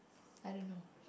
I don't know